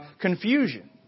confusion